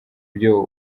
byo